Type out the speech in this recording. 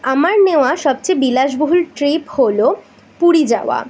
আমার নেওয়া সবচেয়ে বিলাসবহুল ট্রিপ হল পুরী যাওয়া